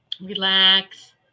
relax